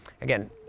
Again